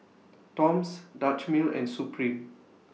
Toms Dutch Mill and Supreme